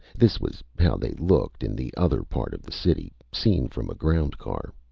this was how they'd looked in the other part of the city, seen from a ground car.